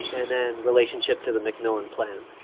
and then relationship to the mcmillan plan.